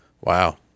Wow